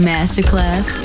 Masterclass